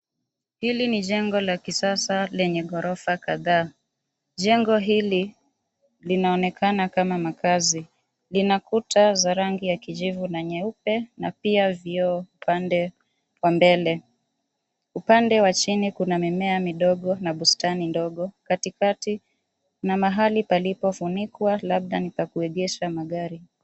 Hili ni jengo la kisasa lenye ghorofa kadhaa. Jengo hili linaonekana kama makazi; lina kuta za rangi ya kijivu na nyeupe na pia vioo upande wa mbele. upande wa chini kuna mimea midogo na bustani ndogo, katikati, na mahali palipofunikwa labda ni pa kuegesha magari.